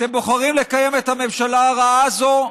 אתם בוחרים לקיים את הממשלה הרעה הזו.